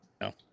No